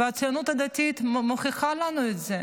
והציונות הדתית מוכיחה לנו את זה.